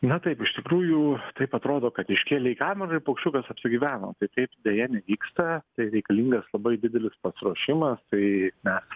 na taip iš tikrųjų taip atrodo kad iškėlei kaminą ir paukščiukas apsigyveno tai taip deja nevyksta reikalingas labai didelis pasiruošimas tai mes